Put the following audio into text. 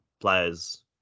players